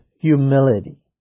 humility